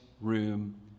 room